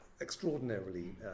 extraordinarily